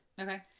Okay